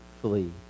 flee